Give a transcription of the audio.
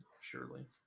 Surely